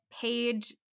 paid